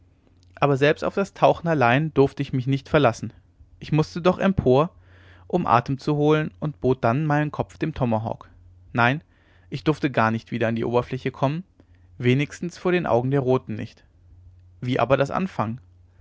aber selbst auf das tauchen allein durfte ich mich nicht verlassen ich mußte doch empor um atem zu holen und bot dann meinen kopf dem tomahawk nein ich durfte gar nicht wieder an die oberfläche kommen wenigstens vor den augen der roten nicht wie aber das anfangen